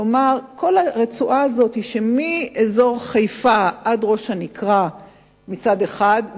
כלומר בכל הרצועה הזאת שמאזור חיפה עד ראש הנקרה מצד אחד,